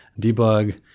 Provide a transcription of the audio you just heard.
debug